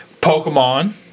Pokemon